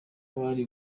bari